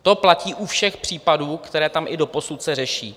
To platí u všech případů, které se tam i doposud řeší.